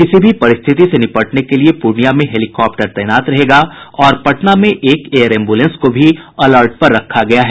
किसी भी परिस्थिति से निपटने के लिये पूर्णिया में हेलीकाप्टर तैनात रहेगा और पटना में एक एयर एम्बुलेंस को भी अलर्ट पर रखा गया है